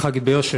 צריך להגיד ביושר,